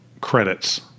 credits